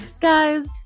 Guys